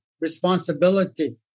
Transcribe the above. responsibility